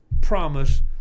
promise